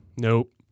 Nope